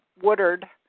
Woodard